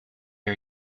are